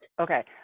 Okay